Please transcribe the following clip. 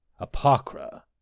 Apocra